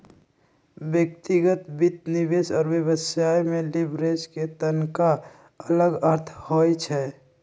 व्यक्तिगत वित्त, निवेश और व्यवसाय में लिवरेज के तनका अलग अर्थ होइ छइ